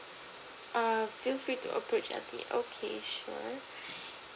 uh feel free to approach L_T_A okay sure